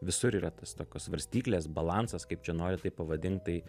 visur yra tas tokios svarstyklės balansas kaip čia nori taip pavadink tai